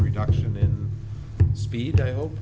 reduction in speed i hope